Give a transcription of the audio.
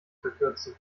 verkürzen